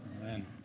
Amen